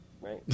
right